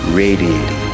radiating